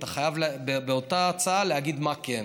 אתה חייב באותה הצעה להגיד מה כן,